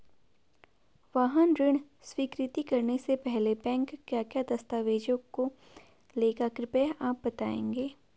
वाहन ऋण स्वीकृति करने से पहले बैंक क्या क्या दस्तावेज़ों को लेगा कृपया आप बताएँगे?